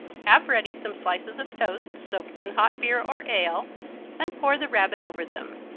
have ready some slices of toast soaked in hot beer or ale and pour the rabbit over them.